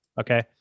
okay